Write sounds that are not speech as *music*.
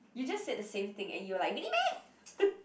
you just said the same thing and you were like really meh *laughs*